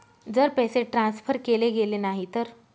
जर पैसे ट्रान्सफर केले गेले नाही तर?